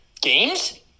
games